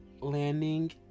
landing